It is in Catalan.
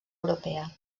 europea